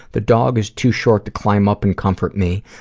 the dog is too short to climb up and comfort me,